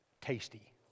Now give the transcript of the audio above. tasty